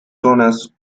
zonas